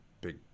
big